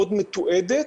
מאוד מתועדת,